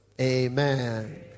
amen